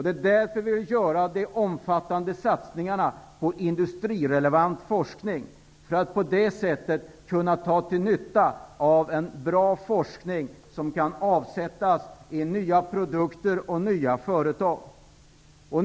Det är därför som vi vill göra de omfattande satsningarna på industrirelevant forskning. På det sättet kan vi dra nytta av en bra forskning som kan omsättas i nya produkter och nya företag.